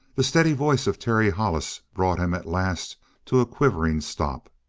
the steady voice of terry hollis brought him at last to quivering stop.